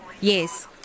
Yes